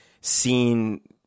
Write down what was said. seen